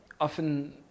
often